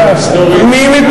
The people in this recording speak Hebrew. סליחה, זה לא נכון.